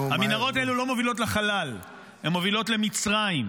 המנהרות האלה לא מובילות לחלל, הן מובילות למצרים.